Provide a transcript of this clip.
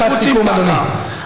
משפט סיום, אדוני.